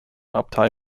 abtei